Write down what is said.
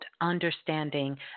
understanding